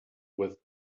with